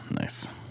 nice